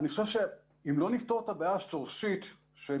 אני חושב שאם לא נפתור את הבעיה השורשית של